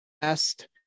best